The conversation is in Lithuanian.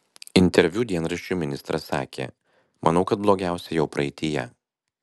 interviu dienraščiui ministras sakė manau kad blogiausia jau praeityje